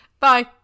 Bye